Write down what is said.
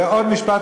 ועוד משפט,